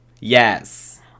Yes